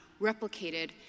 replicated